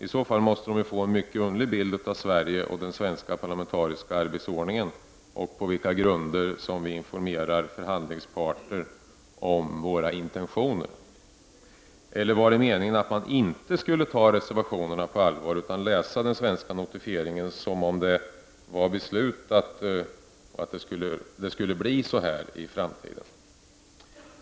I så fall måste man där få en mycket underlig bild av den svenska parlamenteriska arbetsordningen och på vilka grunder vi informerar förhandlingspartners om våra intentioner. Eller var det meningen att man inte skulle ta reservationerna på allvar, utan läsa den svenska notifieringen som om beslutet var fattat och att det skulle bli så här i framtiden?